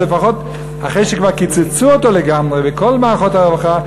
אחרי שכבר קיצצו אותו לגמרי בכל מערכות הרווחה,